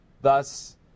thus